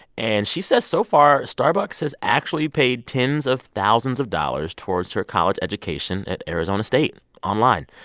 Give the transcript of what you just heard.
and she says, so far, starbucks has actually paid tens of thousands of dollars towards her college education at arizona state online.